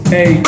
Hey